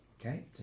Okay